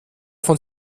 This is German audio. von